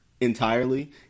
entirely